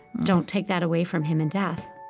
don't take that away from him in death.